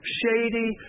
shady